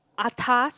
atas